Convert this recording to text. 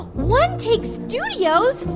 one take studios?